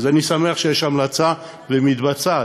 אז אני שמח שיש המלצה, ומתבצעת,